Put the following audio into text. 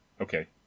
Okay